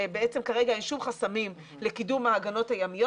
ובעצם כרגע אין שום חסמים לקידום ההגנות הימיות.